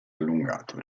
allungato